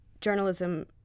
journalism